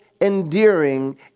endearing